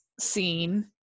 scene